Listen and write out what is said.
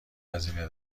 هزینه